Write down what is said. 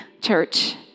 church